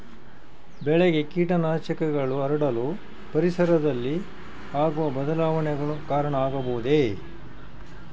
ಬೆಳೆಗೆ ಕೇಟನಾಶಕಗಳು ಹರಡಲು ಪರಿಸರದಲ್ಲಿ ಆಗುವ ಬದಲಾವಣೆಗಳು ಕಾರಣ ಆಗಬಹುದೇ?